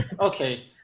Okay